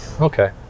Okay